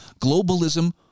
globalism